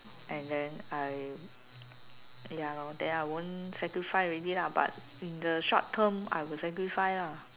and then I ya lor then I won't sacrifice already lah but in the short term I will sacrifice lah